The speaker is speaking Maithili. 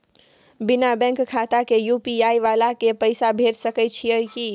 बिना बैंक खाता के यु.पी.आई वाला के पैसा भेज सकै छिए की?